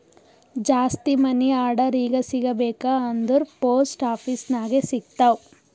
ಜಾಸ್ತಿ money order ಈಗ ಸಿಗಬೇಕ ಅಂದುರ್ ಪೋಸ್ಟ್ ಆಫೀಸ್ ನಾಗೆ ಸಿಗ್ತಾವ್